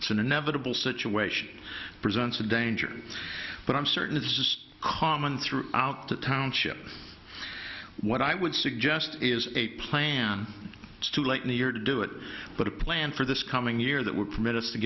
it's an inevitable situation presents a danger but i'm certain it's just common throughout the township what i would suggest is a plan too late in the year to do it but a plan for this coming year that would permit us to